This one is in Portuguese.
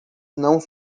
não